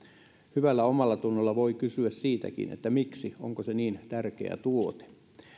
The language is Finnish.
hyvällä omallatunnolla voi kysyä siitäkin miksi onko se niin tärkeä tuote